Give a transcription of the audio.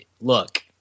look